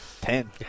Ten